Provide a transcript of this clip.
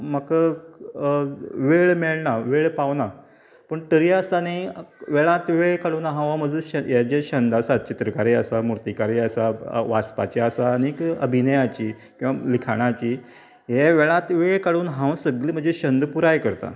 म्हाका वेळ मेळना वेळ पावना पूण तरी आसतानीय वेळांत वेळ काडून हांव म्हजो छंद ये जे छंद आसा चित्रकारी आसा मुर्तीकारी आसा वाचपाचें आसा आनीक अभिनयाची किंवां लिखाणाची हें वेळात वेळ काडून हांव सगले म्हजे छंद पुराय करता